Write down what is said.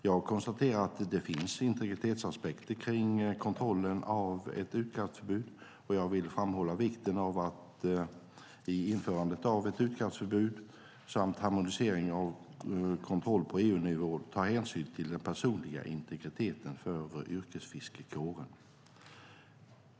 Jag konstaterar att det finns integritetsaspekter kring kontrollen av ett utkastförbud, och jag vill framhålla vikten av att i införandet av ett utkastförbud samt vid harmonisering av kontroll på EU-nivå ta hänsyn till den personliga integriteten för yrkesfiskarkåren.